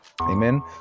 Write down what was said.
Amen